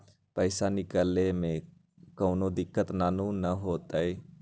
पईसा निकले में कउनो दिक़्क़त नानू न होताई?